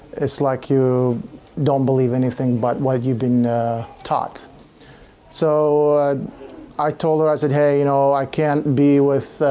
it's like you don't believe anything but, what you've been taught so i told her i said hey you know i can't, be with,